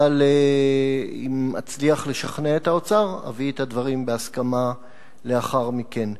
אבל אם אצליח לשכנע את האוצר אביא את הדברים בהסכמה לאחר מכן.